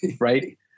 right